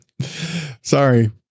Sorry